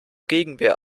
gegenwehr